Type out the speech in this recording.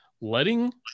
letting